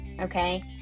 Okay